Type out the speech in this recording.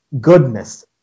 goodness